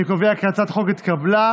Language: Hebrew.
אני קובע כי הצעת החוק התקבלה,